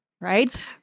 Right